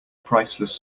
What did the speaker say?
priceless